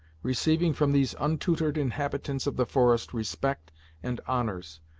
receiving from these untutored inhabitants of the forest respect and honors,